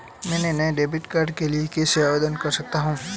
मैं नए debit card के लिए कैसे आवेदन कर सकता हूँ?